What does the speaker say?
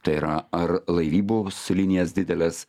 tai yra ar laivybos linijas dideles